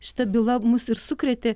šita byla mus ir sukrėtė